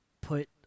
put